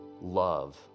love